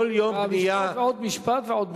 עוד משפט ועוד משפט.